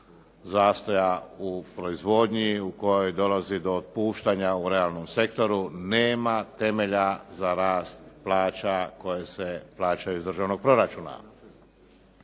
zastoja u proizvodnji, u kojoj dolazi do otpuštanja u realnom sektoru, nema temelja za rast plaća koje se plaćaju iz državnog proračuna.